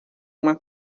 uma